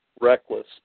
reckless